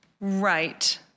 Right